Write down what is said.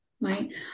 right